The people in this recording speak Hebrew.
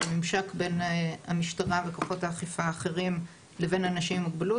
ממשק בין המשטרה וכוחות האכיפה האחרים לבין אנשים עם מוגבלות,